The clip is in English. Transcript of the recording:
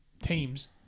teams